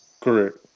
Correct